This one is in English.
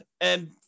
And-